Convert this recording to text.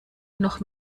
noch